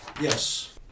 Yes